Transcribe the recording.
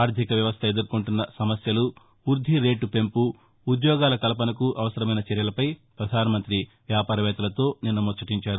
ఆర్దిక వ్యవస్థ ఎదుర్కొంటున్న సమస్యలు వృద్దిరేటు పెంపు ఉద్యోగాల కల్పసకు అవసరమైన చర్యలపై ప్రధాన మంత్రి వ్యాపారవేత్తలతో నిన్న ముచ్చటించారు